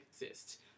exist